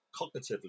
cognitively